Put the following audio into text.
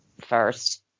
first